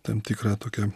tam tikrą tokią